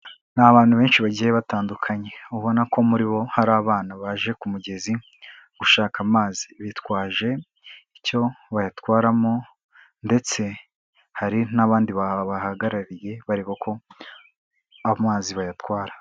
Ni abantu benshi bagiye batandukanye, ubona ko muri bo hari abana baje ku mugezi gushaka amazi bitwaje icyo bayatwaramo ndetse hari n'abandi babahagarariye bareba ko amazi bayatwara.